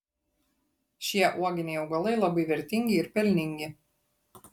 šie uoginiai augalai labai vertingi ir pelningi